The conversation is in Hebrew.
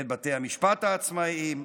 את בתי המשפט העצמאיים.